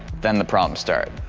then the problem started.